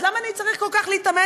אז למה אני צריך כל כך להתאמץ?